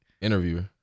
interviewer